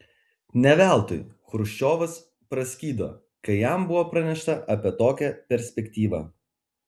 ne veltui chruščiovas praskydo kai jam buvo pranešta apie tokią perspektyvą